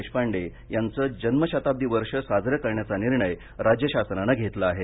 देशपांडे यांचं जन्मशताब्दी वर्ष साजरं करण्याचा निर्णय राज्य शासनानं घेतला आहे